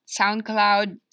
SoundCloud